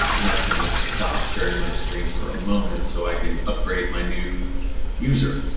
i'm actually going to stop sharing my screen for a moment so i can upgrade my new user.